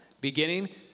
beginning